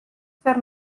fer